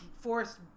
forced